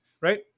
right